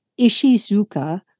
Ishizuka